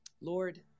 Lord